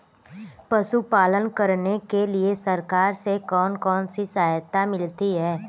पशु पालन करने के लिए सरकार से कौन कौन सी सहायता मिलती है